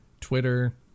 Twitter